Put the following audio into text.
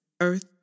earth